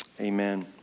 amen